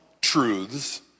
truths